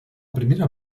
primera